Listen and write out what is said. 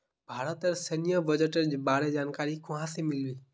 भारतेर सैन्य बजटेर बारे जानकारी कुहाँ से मिल बे